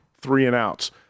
three-and-outs